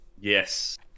Yes